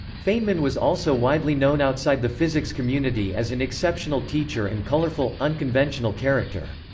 feynman was also widely known outside the physics community as an exceptional teacher and colorful, unconventional character.